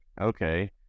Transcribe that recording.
okay